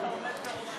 שאתה עומד בראשו.